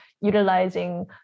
utilizing